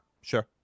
Sure